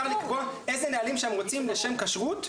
לקבוע איזה נהלים שהם רוצים לשם כשרות,